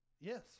Yes